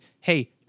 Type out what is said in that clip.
hey